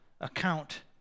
account